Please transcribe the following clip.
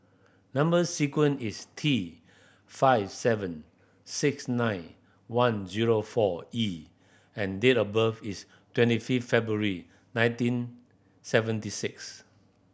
number sequence is T five seven six nine one zero four E and date of birth is twenty fifth February nineteen seventy six